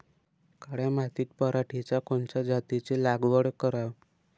काळ्या मातीत पराटीच्या कोनच्या जातीची लागवड कराव?